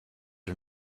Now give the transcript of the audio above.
are